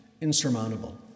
insurmountable